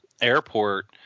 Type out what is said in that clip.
airport